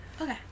Okay